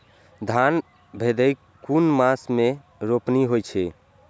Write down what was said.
धान भदेय कुन मास में रोपनी होय छै?